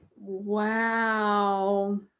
Wow